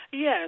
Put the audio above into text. Yes